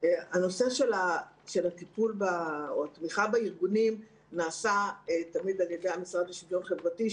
נושא התמיכה בארגונים נעשה תמיד על ידי המשרד לשוויון חברתי,